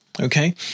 okay